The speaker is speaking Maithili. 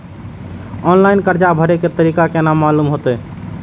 ऑनलाइन कर्जा भरे के तारीख केना मालूम होते?